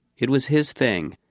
it was his thing.